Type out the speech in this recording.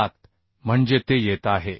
707 म्हणजे ते येत आहे